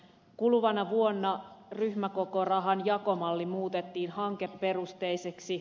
kuluvana vuonna ryhmäkokorahan jakomalli muutettiin hankeperusteiseksi